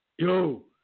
Yo